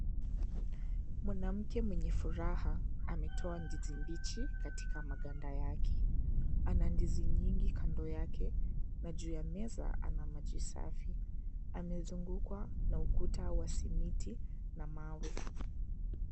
Mwanamke mwenye furaha ametoa ndizi mbichi katika maganda yake. Ana ndizi nyingi kando yake na juu ya meza ana maji safi. Amezungukwa na ukuta wa simiti na mawe.